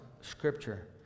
scripture